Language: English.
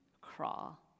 crawl